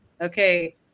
Okay